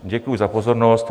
Děkuji za pozornost.